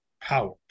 power